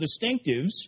distinctives